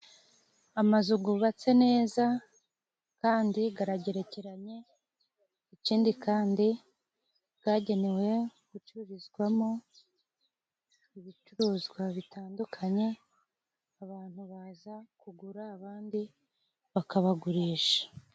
Amazu gubatse neza kandi garagerekeranye. Ikindi kandi gagenewe gucururizwamo ibicuruzwa bitandukanye, abantu baza kugura abandi bakabagurisha.